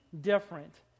different